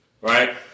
right